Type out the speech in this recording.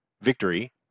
Victory